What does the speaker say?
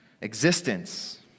existence